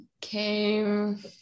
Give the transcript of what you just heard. came